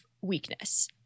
weakness